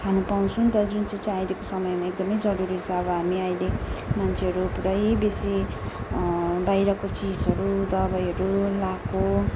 खानु पाउँछु नि त जुन चाहिँ चाहिँ अहिलेको समयमा एकदमै जरुरी छ अब हामी अहिले मान्छेहरू पुरै बेसी बाहिरको चिजहरू दबाईहरू लाएको